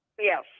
Yes